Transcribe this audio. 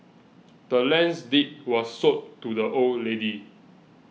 the land's deed was sold to the old lady